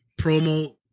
promo